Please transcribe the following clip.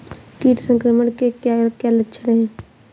कीट संक्रमण के क्या क्या लक्षण हैं?